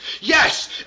Yes